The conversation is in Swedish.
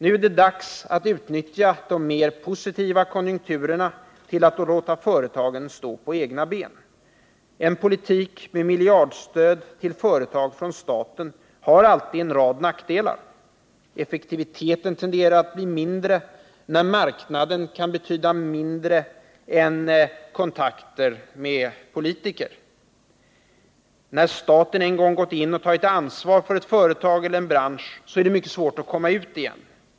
Nu är det dags att utnyttja de mer positiva konjunkturerna till att låta företagen stå på egna ben. En politik med miljardstöd till företag från staten har alltid en rad nackdelar. Effektiviteten tenderar att minska när marknaden kan betyda mindre än kontakten med politiker. När staten har gått in och tagit ansvar för ett företag eller en bransch är det mycket svårt att komma ut igen.